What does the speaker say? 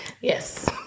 Yes